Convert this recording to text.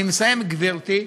אני מסיים, גברתי.